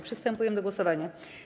Przystępujemy do głosowania.